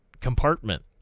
compartment